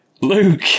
Luke